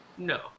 No